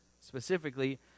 specifically